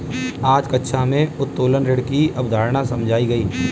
आज कक्षा में उत्तोलन ऋण की अवधारणा समझाई गई